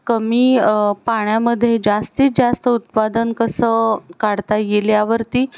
कमी पाण्यामध्ये जास्तीत जास्त उत्पादन कसं काढता येईल यावरती